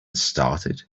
started